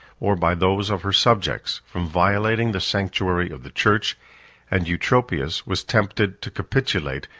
or by those of her subjects, from violating the sanctuary of the church and eutropius was tempted to capitulate,